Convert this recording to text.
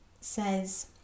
says